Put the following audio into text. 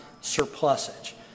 surplusage